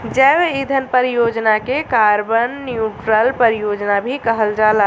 जैव ईंधन परियोजना के कार्बन न्यूट्रल परियोजना भी कहल जाला